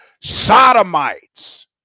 sodomites